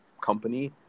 company